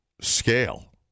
scale